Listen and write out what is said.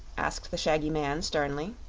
asked the shaggy man, sternly.